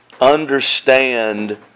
understand